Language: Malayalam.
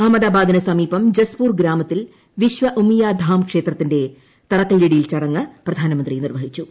അഹമ്മദാബാദിനു സമീപം ജസ്പൂർ ഗ്രാമത്തിൽ വിശ്വ ഉമിയ ധാം ക്ഷേത്രത്തിന്റെ തറക്കല്ലിടൽ ചടങ്ങ് പ്രധാനമന്ത്രി നിർവ്വഹിച്ചു